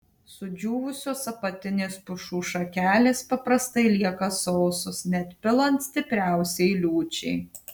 sudžiūvusios apatinės pušų šakelės paprastai lieka sausos net pilant stipriausiai liūčiai